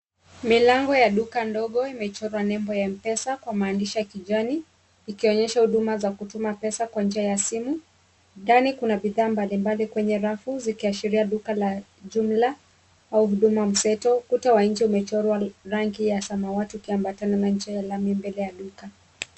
Milango ya duka ndogo imechorwa nembo ya Mpesa kwa maandishi ya kijani , ikionyesha huduma za kutuma pesa kwa njia ya simu ,ndani kuna bidhaa mbalimbali kwenye rafu zikiashilia duka la jumla au huduma wa mseto ,kuta wa nje imechorwa kwa rangi ya samawati ikiambatana na njia ya lami kwa barabara.